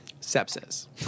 Sepsis